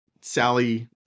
Sally